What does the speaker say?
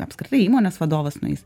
apskritai įmonės vadovas nueis